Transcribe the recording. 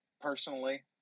personally